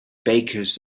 bakers